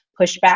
pushback